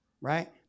right